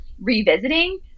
revisiting